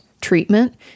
treatment